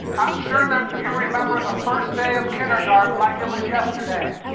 i'm sure that you remember the first day of kindergarten like it was yesterday.